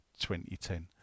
2010